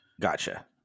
Gotcha